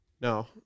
no